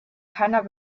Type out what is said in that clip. keiner